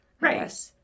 Right